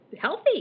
healthy